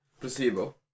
Placebo